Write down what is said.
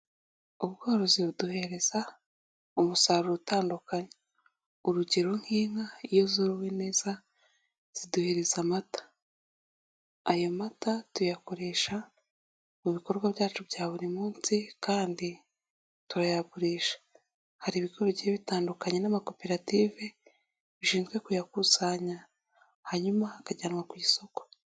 Ubworozi buduhereza umusaruro utandukanye. Urugero nk'inka iyo zorowe neza ziduhereza amata. Ayo mata tuyakoresha mu bikorwa byacu bya buri munsi kandi turayagurisha. Hari ibigo bigiye bitandukanye n'amakoperative bishinzwe kuyakusanya hanyuma akajyanwa ku isoko.